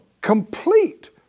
Complete